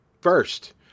first